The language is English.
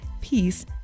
peace